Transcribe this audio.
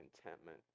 contentment